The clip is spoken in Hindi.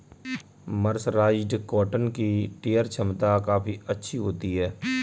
मर्सराइज्ड कॉटन की टियर छमता काफी अच्छी होती है